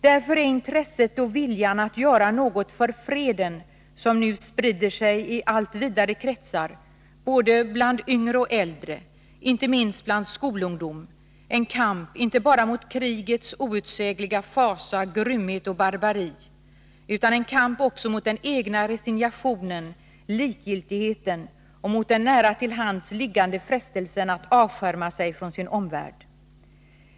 Därför är intresset och viljan att göra något för freden, som nu sprider sig i allt vidare kretsar, både bland yngre och äldre, inte minst bland skolungdom, en kamp inte bara mot krigets outsägliga fasa, grymhet och barbari utan också mot den egna resignationen, likgiltigheten och den nära till hands liggande frestelsen att avskärma sig från sin omvärld.